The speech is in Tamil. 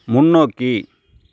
முன்னோக்கி